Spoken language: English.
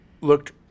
looked